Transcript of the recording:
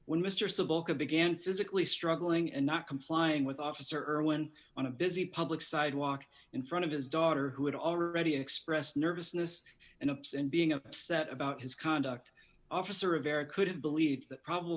civil began physically struggling and not complying with officer irwin on a busy public sidewalk in front of his daughter who had already expressed nervousness and ups and being upset about his conduct officer of eric could have believed the probable